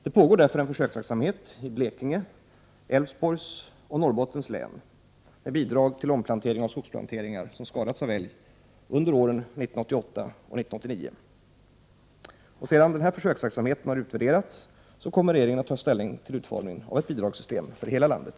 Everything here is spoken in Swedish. Det pågår därför en försöksverksamhet i Blekinge, Älvsborgs och Norrbottens län med bidrag till omplantering av skogsplanteringar som skadats av älg under åren 1988 och 1989. Sedan försöksverksamheten utvärderats kommer regeringen att ta ställning till utformningen av ett bidragssystem för hela landet.